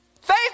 Faith